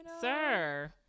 sir